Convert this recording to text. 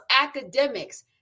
academics